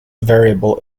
variable